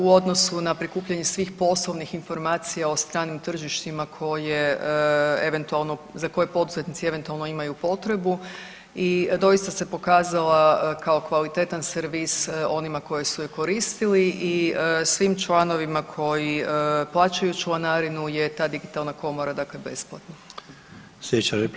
U odnosu na prikupljanje svih poslovnih informacija o stranim tržištima koje eventualno, za koje poduzetnici eventualno imaju potrebu i doista se pokazala kao kvalitetan servis onima koji su je koristili i svim članovima koji plaćaju članarinu je ta Digitalna komora dakle besplatna.